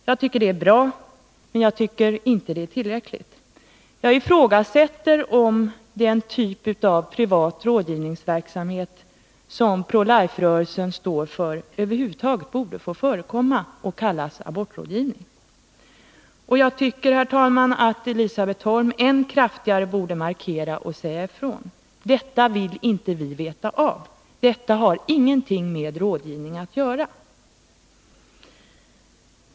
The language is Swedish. Jag tycker det är bra, men jag tycker inte det är tillräckligt. Jag ifrågasätter om den typ av privat rådgivningsverksamhet som Pro Life-rörelsen står för över huvud taget borde få förekomma och kallas abortrådgivning. Jag tycker, herr talman, att Elisabet Holm än kraftigare borde markera och säga ifrån. Detta vill inte vi veta av. Detta har ingenting med rådgivning att göra.